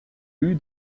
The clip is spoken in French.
lue